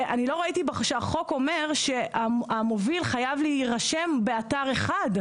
ואני לא ראיתי שהחוק אומר שהמוביל חייב להירשם באתר אחד.